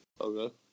Okay